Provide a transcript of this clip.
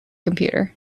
computer